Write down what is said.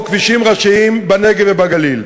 או כבישים ראשיים בנגב ובגליל?